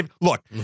look